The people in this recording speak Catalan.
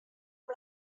amb